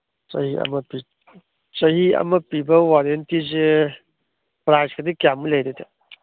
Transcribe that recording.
ꯆꯍꯤ ꯑꯃ ꯆꯍꯤ ꯑꯃ ꯄꯤꯕ ꯋꯥꯔꯦꯟꯇꯤꯁꯦ ꯄ꯭ꯔꯥꯏꯁꯀꯗꯤ ꯀꯌꯥꯃꯨꯛ ꯂꯩꯒꯅꯤ